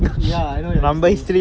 ya I know your history